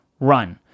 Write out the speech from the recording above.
run